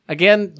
Again